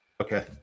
Okay